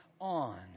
on